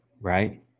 right